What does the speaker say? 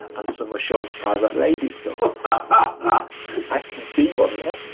and some of shaun's private ladies stuff. ah i can see one there.